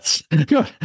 good